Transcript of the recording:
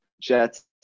Jets